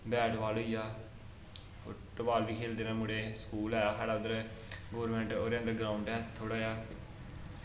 bat ball होई गेआ football बी खेल्लदे न मुढ़े स्कूल ऐ साढ़ा उद्धर गौरमेंट ओह्दे अंदर ग्राऊंड ऐ थोह्ड़ा जेहा